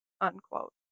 unquote